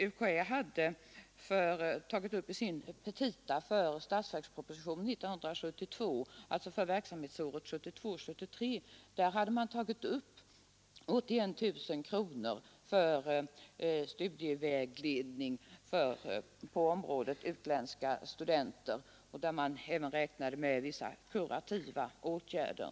UKÄ hade i sina petita för statsverkspropositionen 1972 — dvs. för verksamhetsåret 1972/73 — tagit upp 81 000 kronor för studievägledning till utländska studenter. Därvid räknade man även med vissa kurativa åtgärder.